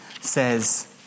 says